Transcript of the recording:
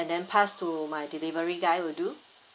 and then pass to my delivery guy will do